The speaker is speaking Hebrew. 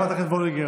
חברת הכנסת וולדיגר,